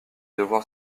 devoir